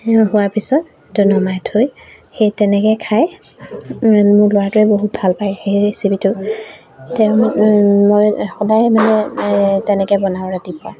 হোৱাৰ পিছত নমাই থৈ সেই তেনেকৈ খাই মোৰ ল'ৰাটোৱে বহুত ভাল পায় সেই ৰেচিপিটো তেওঁ মই সদায় মানে তেনেকৈ বনাওঁ ৰাতিপুৱা